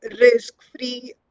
risk-free